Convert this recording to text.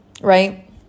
right